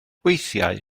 weithiau